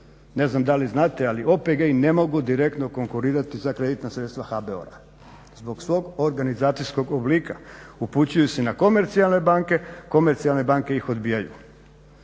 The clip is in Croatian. ne znam da li znate ali OPG-i ne mogu konkurirati za kreditna sredstva HABOR-a zbog svog organizacijskog oblika, upućuju se na komercijalne banke, komercijalne banke ih odbijaju